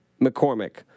McCormick